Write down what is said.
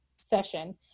session